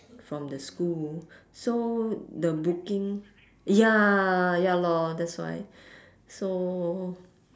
from the school so the booking ya ya lor that's why so